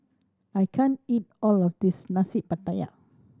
I can't eat all of this Nasi Pattaya